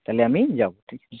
তাহলে আমি যাব ঠিক হুম